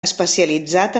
especialitzat